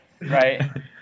Right